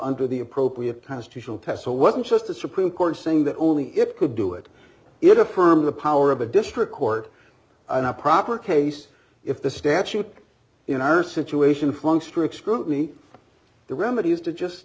under the appropriate constitutional test so it wasn't just the supreme court saying that only it could do it it affirmed the power of a district court in a proper case if the statute in our situation flung strict scrutiny the remedy is to just